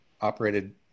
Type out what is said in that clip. operated